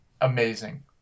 amazing